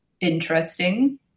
interesting